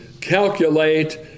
calculate